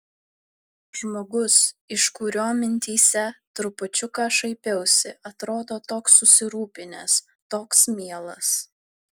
žmogus iš kurio mintyse trupučiuką šaipiausi atrodo toks susirūpinęs toks mielas